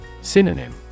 Synonym